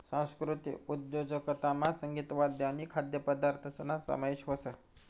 सांस्कृतिक उद्योजकतामा संगीत, वाद्य आणि खाद्यपदार्थसना समावेश व्हस